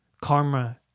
karma